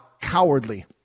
cowardly